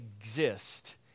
exist